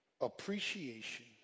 appreciation